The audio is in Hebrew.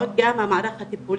ועוד גם המערך הטיפולים,